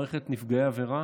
מערכת נפגעי עבירה.